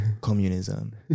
communism